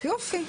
יופי.